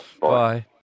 Bye